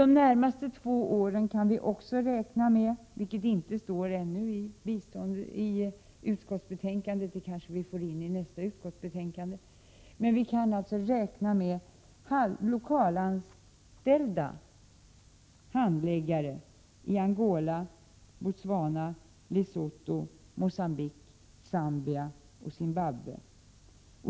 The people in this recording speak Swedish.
De närmaste två åren kan vi också räkna med — vilket inte står ännu i utskottsbetänkandet; det kanske vi får in i nästa betänkande — lokalanställda handläggare i Angola, Botswana, Lesotho, Mogambique, Zambia och Zimbabwe.